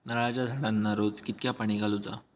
नारळाचा झाडांना रोज कितक्या पाणी घालुचा?